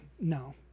no